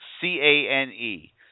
C-A-N-E